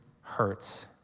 hurts